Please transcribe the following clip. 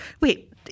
wait